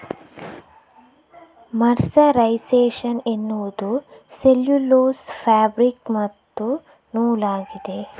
mercerisation ಎನ್ನುವುದು cellulose fabric ಮತ್ತು ನೂಲಾಗಿದೆ